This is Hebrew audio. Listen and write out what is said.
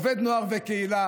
עובד נוער וקהילה.